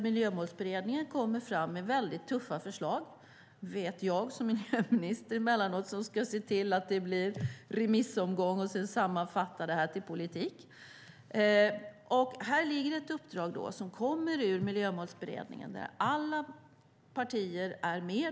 Miljömålsberedningen kommer fram med väldigt tuffa förslag - det vet jag som miljöminister, som ska se till att det blir en remissomgång och sedan sammanfatta det hela till politik. Här ligger ett uppdrag som kommer ur Miljömålsberedningen, där alla partier är med.